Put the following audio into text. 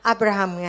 Abraham